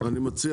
אני מציע